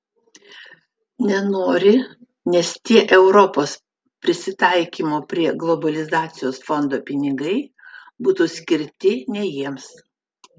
nenori nes tie europos prisitaikymo prie globalizacijos fondo pinigai būtų skirti ne jiems